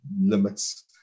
limits